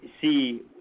see